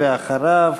ואחריו,